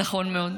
נכון מאוד.